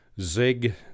zig